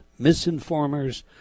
misinformers